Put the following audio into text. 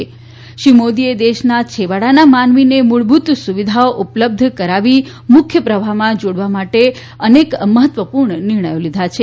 પ્રધાનમંત્રીશ્રી નરેન્દ્રભાઈ મોદીએ દેશના છેવાડાના માનવીને મૂળભૂત સુવિધાઓ ઉપલબ્ધ કરાવી મુખ્ય પ્રવાહમાં જોડવા માટે અનેક મહત્વપૂર્ણ નિર્ણયો લીધા છે